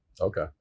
Okay